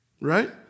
right